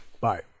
Bye